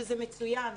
שזה מצוין,